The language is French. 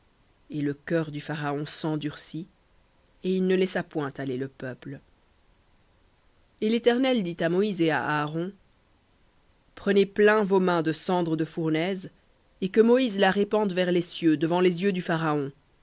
et le cœur du pharaon s'endurcit et il ne laissa point aller le peuple v et l'éternel dit à moïse et à aaron prenez plein vos mains de cendre de fournaise et que moïse la répande vers les cieux devant les yeux du pharaon